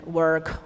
work